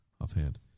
offhand